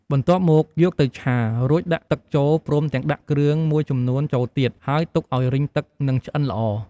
បន្ទាប់មកយកទៅឆា រួចដាក់ទឹកចូល ព្រមទាំងដាក់គ្រឿងមួយចំនួនចូលទៀត ហើយទុកឱ្យរីងទឹកនិងឆ្អិនល្អ។